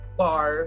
bar